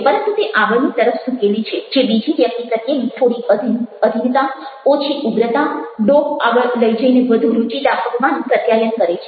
પરંતુ તે આગળની તરફ ઝૂકેલી છે જે બીજી વ્યક્તિ પ્રત્યેની થોડી અધીનતા ઓછી ઉગ્રતા ડોક આગળ લઈ જઈને વધુ રુચિ દાખવવાનું પ્રત્યાયન કરે છે